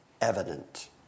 evident